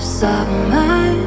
summer